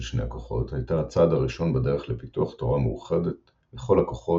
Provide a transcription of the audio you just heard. של שני הכוחות הייתה הצעד הראשון בדרך לפיתוח תורה מאוחדת לכל הכוחות,